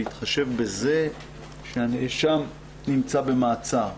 בהתחשב בזה שהנאשם נמצא במעצר.